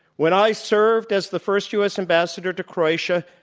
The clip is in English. when i served as the first u. s. ambassador to croatia,